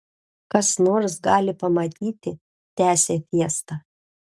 kas nors gali pamatyti tęsė fiesta